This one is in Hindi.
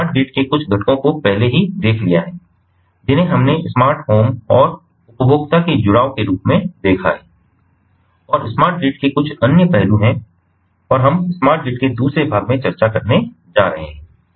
हमने स्मार्ट ग्रिड के कुछ घटकों को पहले ही देख लिया है जिन्हें हमने स्मार्ट होम और उपभोक्ता के जुड़ाव के रूप में देखा है और स्मार्ट ग्रिड के कुछ अन्य पहलू हैं और हम स्मार्ट ग्रिड के दूसरे भाग में चर्चा करने जा रहे हैं